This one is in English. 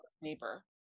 neighbor